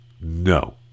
No